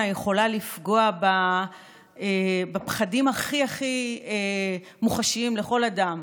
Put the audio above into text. יכולה לפגוע בפחדים הכי הכי מוחשיים לכל אדם,